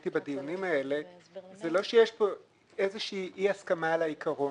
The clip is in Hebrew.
הייתי בדיונים ולא שיש פה איזושהי אי הסכמה על העיקרון.